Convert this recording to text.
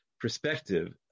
Perspective